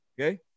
okay